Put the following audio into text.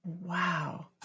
Wow